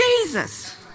Jesus